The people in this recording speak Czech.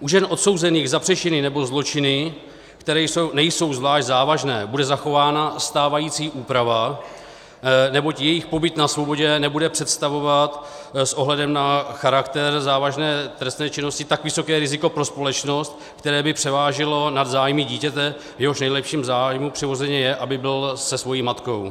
U žen odsouzených za přečiny nebo zločiny, které nejsou zvlášť závažné, bude zachována stávající úprava, neboť jejich pobyt na svobodě nebude představovat s ohledem na charakter závažné trestné činnosti tak vysoké riziko pro společnost, které by převážilo nad zájmy dítěte, v jehož nejlepším zájmu přirozeně je, aby bylo se svou matkou.